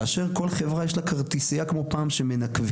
כאשר כל חברה יש כרטיסיה כמו פעם שמנקבים,